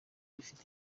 bifite